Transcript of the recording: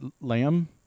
lamb